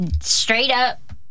straight-up